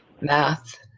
math